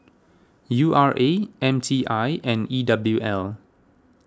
U R A M T I and E W L